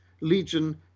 Legion